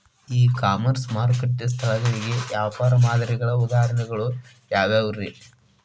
E commerce ಮಾರುಕಟ್ಟೆ ಸ್ಥಳಗಳಿಗೆ ವ್ಯಾಪಾರ ಮಾದರಿಗಳ ಉದಾಹರಣೆಗಳು ಯಾವವುರೇ?